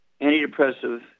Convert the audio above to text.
antidepressive